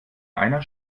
einer